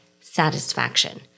satisfaction